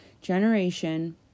generation